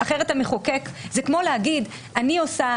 זה כמו להגיד אני עושה